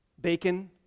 bacon